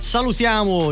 Salutiamo